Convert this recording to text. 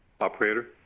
Operator